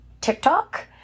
TikTok